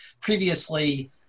previously